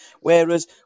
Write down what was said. Whereas